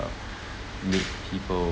make people